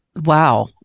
Wow